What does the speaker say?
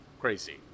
crazy